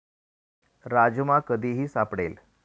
राजमा कधीही सापडेल